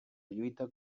lluita